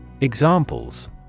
Examples